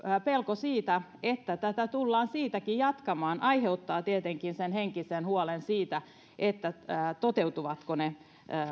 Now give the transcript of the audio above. pelko siitä että tätä tullaan siitäkin jatkamaan aiheuttaa tietenkin sen henkisen huolen siitä toteutuvatko ne